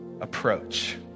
approach